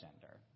gender